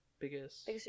Biggest